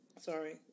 sorry